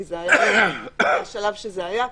כי זה היה בשלב שזה היה ככה.